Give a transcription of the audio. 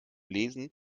lesen